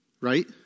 right